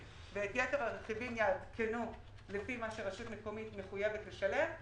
ואת יתר הרכיבים יעדכנו לפי מה שרשות מקומית מחויבת לשלם,